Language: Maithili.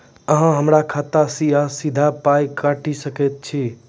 अहॉ हमरा खाता सअ सीधा पाय काटि सकैत छी?